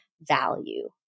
value